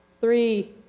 Three